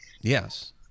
yes